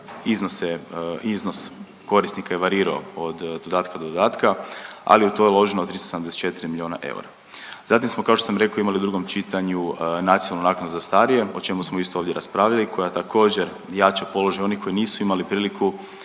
iznos korisnika je varirao od dodatka do dodatka, ali u to je uloženo 374 milijuna eura. Zatim smo, kao što sam rekao, imali u drugom čitanju nacionalnu naknadu za starije, o čemu smo isto ovdje raspravljali, koja također jača položaj onih koji nisu imali priliku